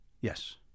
Yes